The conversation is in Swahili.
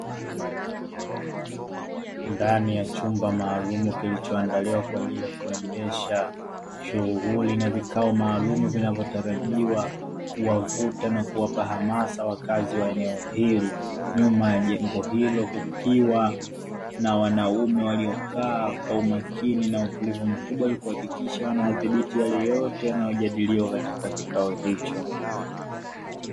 Ndani ya chumba maalum kilichoandaliwa kwa ajili ya kuendesha shughuli na vikao maalumu vinavyotarajiwa kuwavuta na kuwapa hamasa wakazi wa eneo hili. Nyuma ya jengo hilo kukiwa na wanaume waliokaa kwa umakini na utulivu mkubwa kuhakikisha wanathibiti yale yote yanayojadiliwa katika kikao hicho.